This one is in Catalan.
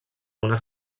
unes